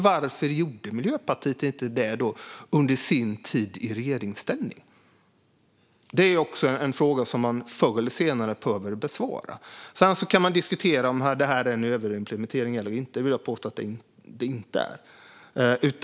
Varför gjorde Miljöpartiet inte det under sin tid i regeringsställning? Det är en fråga som man förr eller senare behöver besvara. Man kan diskutera om detta är en överimplementering eller inte. Jag vill påstå att det inte är det.